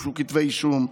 והוגשו כתבי אישום.